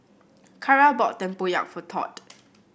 Cara bought tempoyak for Tod